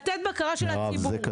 ולתת בקרה לציבור.